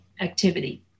activity